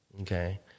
okay